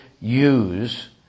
use